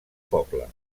poble